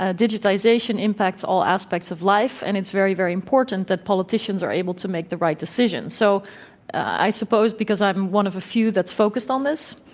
ah digitization impacts all aspects of life, and it's very, very important that politicians are available to make the right decisions. so i suppose because i'm one of a few that's focused on this,